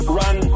run